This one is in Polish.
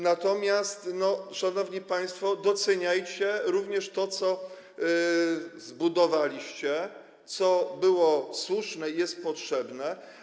Natomiast, szanowni państwo, doceniajcie również to, co zbudowaliście, co było słuszne i jest potrzebne.